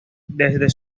desde